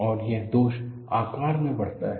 और यह दोष आकार में बढ़ता है